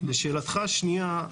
לשאלתך השנייה,